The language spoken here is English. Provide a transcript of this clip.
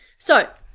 so,